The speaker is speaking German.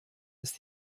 ist